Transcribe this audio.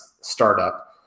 startup